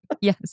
Yes